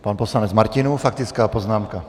Pan poslanec Martinů, faktická poznámka.